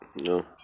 No